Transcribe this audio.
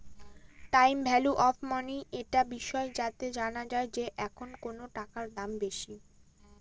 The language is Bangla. টাইম ভ্যালু অফ মনি একটা বিষয় যাতে জানা যায় যে এখন কোনো টাকার দাম বেশি